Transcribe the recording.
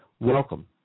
Welcome